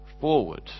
forward